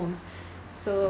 homes so